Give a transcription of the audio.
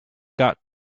got